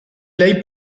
ley